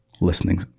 listening